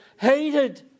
hated